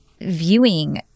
viewing